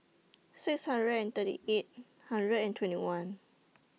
six hundred and thirty eight hundred and twenty one